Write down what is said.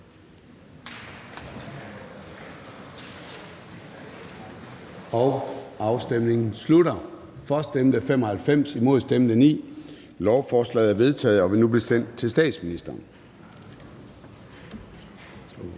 imod stemte 9 (LA), hverken for eller imod stemte 0. Lovforslaget er vedtaget og vil nu blive sendt til statsministeren.